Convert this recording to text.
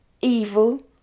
evil